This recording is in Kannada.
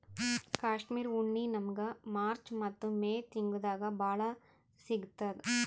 ಕಾಶ್ಮೀರ್ ಉಣ್ಣಿ ನಮ್ಮಗ್ ಮಾರ್ಚ್ ಮತ್ತ್ ಮೇ ತಿಂಗಳ್ದಾಗ್ ಭಾಳ್ ಸಿಗತ್ತದ್